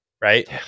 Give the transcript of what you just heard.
right